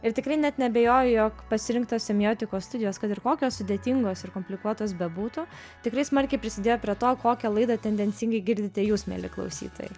ir tikrai net neabejoju jog pasirinktos semiotikos studijos kad ir kokios sudėtingos ir komplikuotos bebūtų tikrai smarkiai prisidėjo prie to kokią laidą tendencingai girdite jūs mieli klausytojai